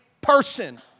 person